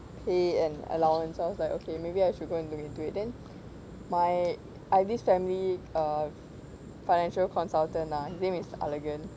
pay and allowance I was like okay maybe I should go into and do it then my I have this family financial consultant ah his name is alagan or our family finance he convert them ya it's like